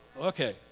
Okay